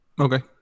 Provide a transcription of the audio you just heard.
Okay